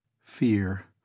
Fear